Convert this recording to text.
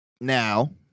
Now